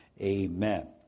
Amen